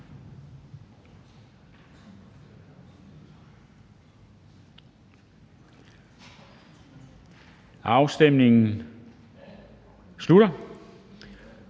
Afstemningen slutter.